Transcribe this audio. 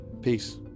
Peace